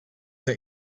the